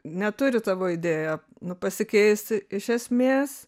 neturi tavo idėja nu pasikeisti iš esmės